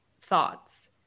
thoughts